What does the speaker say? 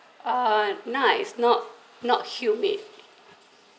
uh nice not not humid